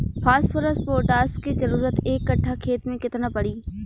Phosphorus potash के जरूरत एक कट्ठा खेत मे केतना पड़ी?